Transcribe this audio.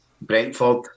Brentford